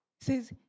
says